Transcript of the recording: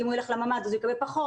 כי אם הוא ילך לממ"ד הוא יקבל פחות